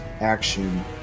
action